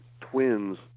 twins